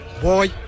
boy